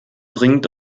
dringend